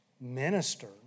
minister